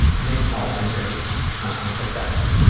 and they've all been very empathetic.